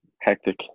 hectic